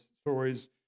stories